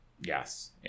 Yes